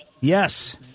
Yes